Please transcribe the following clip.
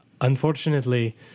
unfortunately